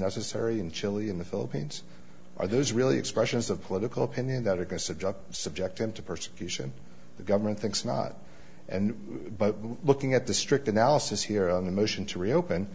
necessary in chile in the philippines are those really expressions of political opinion that are going to subject them to persecution the government thinks not and but looking at the strict analysis here on the motion to reopen